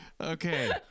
okay